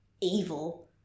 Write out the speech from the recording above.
evil